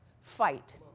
fight